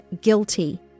guilty